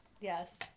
Yes